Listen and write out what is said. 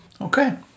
okay